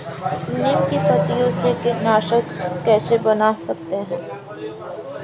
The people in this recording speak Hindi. नीम की पत्तियों से कीटनाशक कैसे बना सकते हैं?